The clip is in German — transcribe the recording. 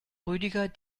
rüdiger